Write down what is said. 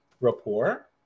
rapport